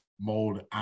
mold